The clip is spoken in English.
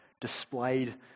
displayed